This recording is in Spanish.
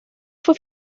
fue